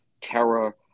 terror